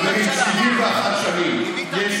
חברים, 71 שנים, עם מי תרכיב ממשלה?